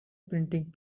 printing